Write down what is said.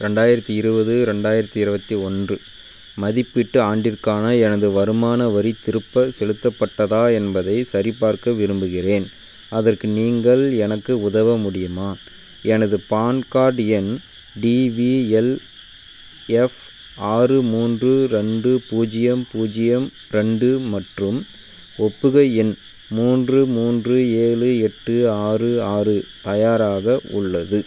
ரெண்டாயிரத்தி இருபது ரெண்டாயிரத்தி இருபத்தி ஒன்று மதிப்பீட்டு ஆண்டிற்கான எனது வருமான வரி திருப்ப செலுத்தப்பட்டதா என்பதை சரிபார்க்க விரும்புகிறேன் அதற்கு நீங்கள் எனக்கு உதவ முடியுமா எனது பான்கார்ட் எண் டிவிஎல்எஃப் ஆறு மூன்று ரெண்டு பூஜ்ஜியம் பூஜ்ஜியம் ரெண்டு மற்றும் ஒப்புகை எண் மூன்று மூன்று ஏழு எட்டு ஆறு ஆறு தயாராக உள்ளது